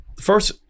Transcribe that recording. first